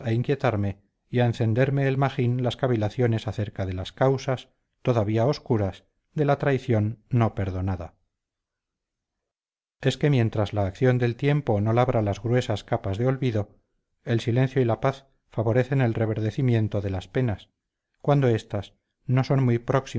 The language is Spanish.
inquietarme y a encenderme el magín las cavilaciones acerca de las causas todavía obscuras de la traición no perdonada es que mientras la acción del tiempo no labra las gruesas capas de olvido el silencio y la paz favorecen el reverdecimiento de las penas cuando estas no son muy